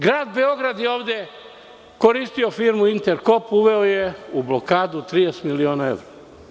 Grad Beograd je ovde koristio firmu „Interkop“, uveo je u blokadu 30 miliona evra.